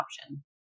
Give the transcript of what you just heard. option